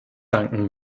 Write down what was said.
danken